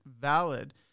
valid